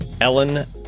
Ellen